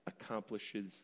accomplishes